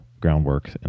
groundwork